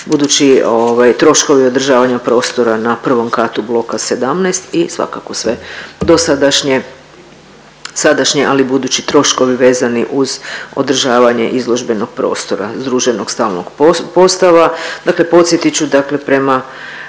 budući ovaj troškovi održavanja prostora na I. katu bloka 17 i svakako sve dosadašnje, sadašnji ali i budući troškovi vezani uz održavanje izložbenog prostora, združenog stalnog postava. Dakle podsjetit ću dakle prema